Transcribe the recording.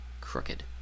crooked